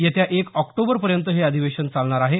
येत्या एक ऑक्टोबरपर्यंत हे अधिवेशन चालणार आहे